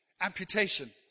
amputation